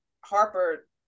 Harper